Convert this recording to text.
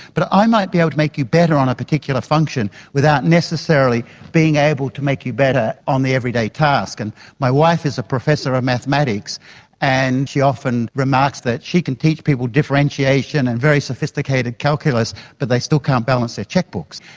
but i might be able to make you better on a particular function without necessarily being able to make you better on the everyday task. and my wife is a professor of mathematics and she often remarks that she can teach people differentiation and very sophisticated calculus but they still can't balance their cheque-books.